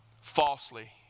falsely